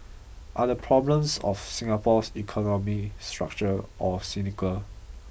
are the problems of Singapore's economy structural or cyclical